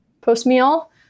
post-meal